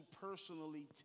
personally